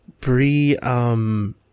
Bree